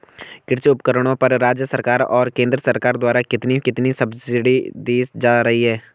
कृषि उपकरणों पर राज्य सरकार और केंद्र सरकार द्वारा कितनी कितनी सब्सिडी दी जा रही है?